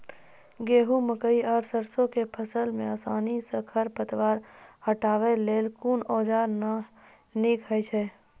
गेहूँ, मकई आर सरसो के फसल मे आसानी सॅ खर पतवार हटावै लेल कून औजार नीक है छै?